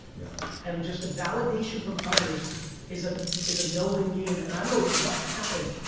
yeah and just the validation from others is ah is a no-win game. and i don't know what happened.